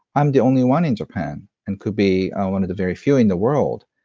i'm the only one in japan and could be one of the very few in the world.